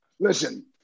Listen